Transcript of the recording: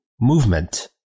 movement